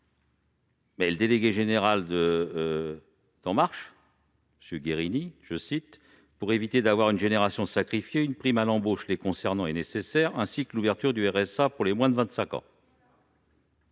le délégué général de La République En Marche, M. Guerini, affirme que, « pour éviter d'avoir une génération sacrifiée, une prime à l'embauche les concernant est nécessaire, ainsi que l'ouverture du RSA pour les moins de 25 ans ».